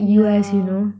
yeah